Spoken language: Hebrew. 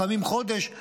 לפעמים חודש.